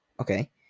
Okay